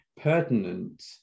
pertinent